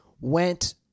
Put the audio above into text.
went